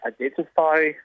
identify